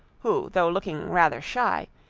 who, though looking rather shy,